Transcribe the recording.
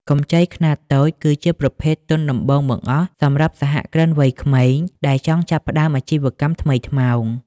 កម្ចីខ្នាតតូចគឺជាប្រភពទុនដំបូងបង្អស់សម្រាប់សហគ្រិនវ័យក្មេងដែលចង់ចាប់ផ្ដើមអាជីវកម្មថ្មីថ្មោង។